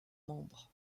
membres